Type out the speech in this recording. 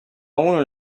uno